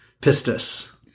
pistis